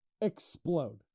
explode